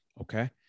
okay